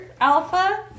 Alpha